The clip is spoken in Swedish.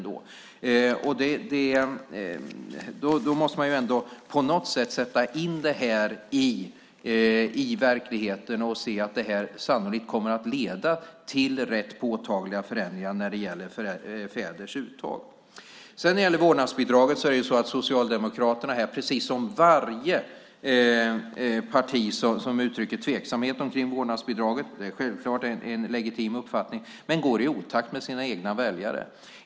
Då måste man sätta in det här i verkligheten och se att det sannolikt kommer att leda till rätt påtagliga förändringar när det gäller fäders uttag. När det gäller vårdnadsbidraget går Socialdemokraterna, precis som varje parti som uttrycker tveksamhet omkring vårdnadsbidraget - det är självklart en legitim uppfattning - i otakt med sina egna väljare.